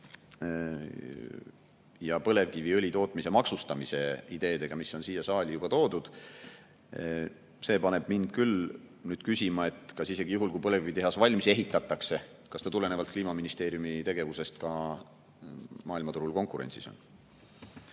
ja põlevkiviõli tootmise maksustamise ideedega, mis on siia saali juba toodud. See paneb mind küll küsima, kas isegi juhul, kui põlevkivitehas valmis ehitatakse, see tulenevalt Kliimaministeeriumi tegevusest ka maailmaturul konkurentsis on.